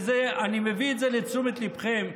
אני מביא את זה לתשומת ליבכם.